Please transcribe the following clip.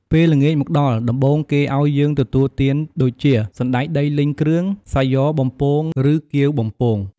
ពេលល្ងាចមកដល់ ដំបូងគេឲ្យយើងទទួលទានដូចជា សណ្តែកដីលីងគ្រឿង សាយ៉បំពងឬគាវបំពង ។